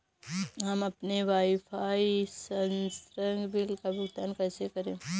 हम अपने वाईफाई संसर्ग बिल का भुगतान कैसे करें?